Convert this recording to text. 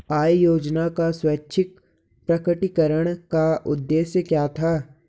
आय योजना का स्वैच्छिक प्रकटीकरण का उद्देश्य क्या था?